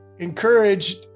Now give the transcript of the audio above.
encouraged